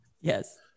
Yes